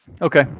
okay